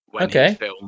Okay